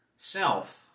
Self